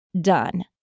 done